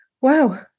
wow